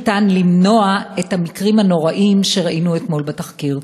למנוע את המקרים הנוראים שראינו אתמול בתחקיר.